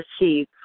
receive